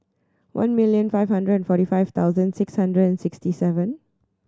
one million five hundred and forty five thousand six hundred and sixty seven